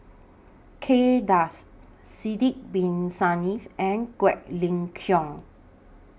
Kay Das Sidek Bin Saniff and Quek Ling Kiong